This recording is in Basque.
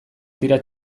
tira